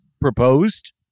proposed